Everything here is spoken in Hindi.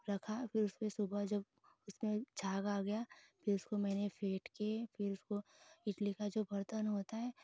रखा फिर उसको सुबह जब उसमें झाग आ गया फिर उसको मैने फेट के फिर उसको इडली का जो बरतन होता है